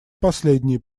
последние